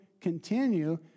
continue